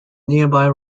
nearby